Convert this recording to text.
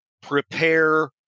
prepare